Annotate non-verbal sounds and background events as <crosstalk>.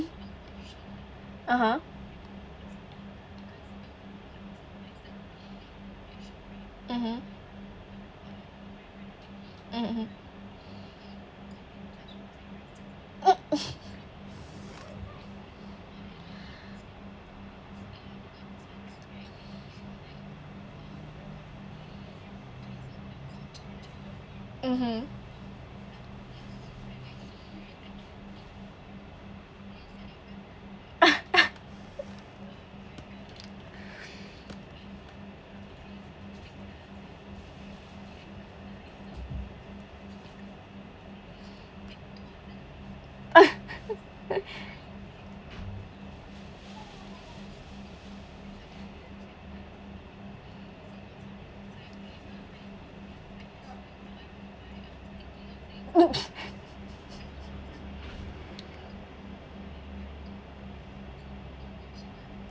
(uh huh) mmhmm mmhmm mm <laughs> mmhmm <laughs> <laughs> <laughs>